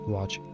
Watch